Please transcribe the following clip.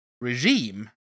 regime